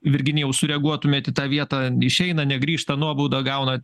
virginijau sureaguotumėt į tą vietą išeina negrįžta nuobaudą gauna